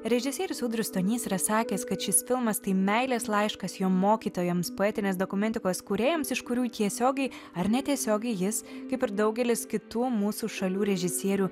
režisierius audrius stonys yra sakęs kad šis filmas tai meilės laiškas jo mokytojams poetinės dokumentikos kūrėjams iš kurių tiesiogiai ar netiesiogiai jis kaip ir daugelis kitų mūsų šalių režisierių